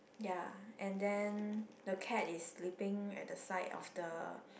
ya and then the cat is sleeping at the side of the